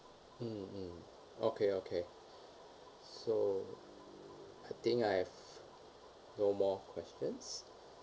mm mm okay okay so I think I have no more questions